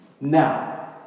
Now